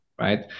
right